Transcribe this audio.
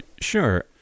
Sure